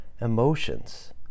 emotions